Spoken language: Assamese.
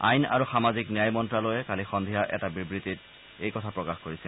আইন আৰু সামাজিক ন্যায় মন্ত্ৰ্যালয়ে কালি সদ্ধিয়া এটা বিবৃতিত এই কথা প্ৰকাশ কৰিছে